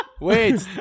wait